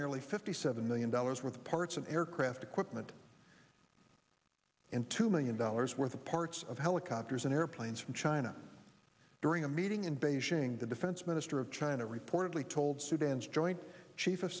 nearly fifty seven million dollars worth of parts and aircraft equipment and two million dollars worth of parts of helicopters and airplanes from china during a meeting in beijing the defense minister of china reportedly told sudan's joint chiefs of